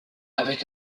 avec